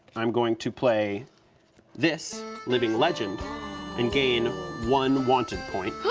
i'm going to play this living legend and gain one wanted point.